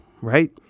Right